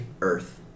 earth